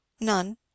None